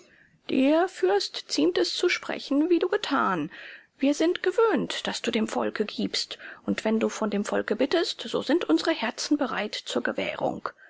dir fürst ziemt es zu sprechen wie du getan wir sind gewöhnt daß du dem volke gibst und wenn du von dem volke bittest so sind unsere herzen bereit zur gewährung